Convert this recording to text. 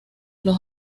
los